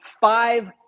five